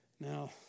Now